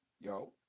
yo